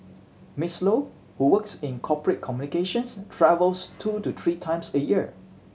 Miss Low who works in corporate communications travels two to three times a year